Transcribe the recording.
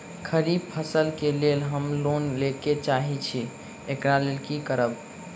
खरीफ फसल केँ लेल हम लोन लैके चाहै छी एकरा लेल की करबै?